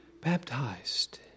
baptized